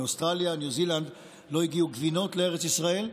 מאוסטרליה וניו זילנד לא הגיעו גבינות לארץ ישראל,